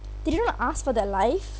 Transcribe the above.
they do not ask for their life